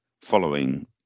following